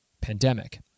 pandemic